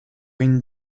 une